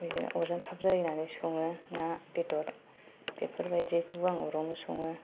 बिदिनो अरजों थाब जायो नालाय सङो ना बेदर बेफोरबायदिखौ आं अरावनो सङो